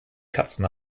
katzen